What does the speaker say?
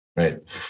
Right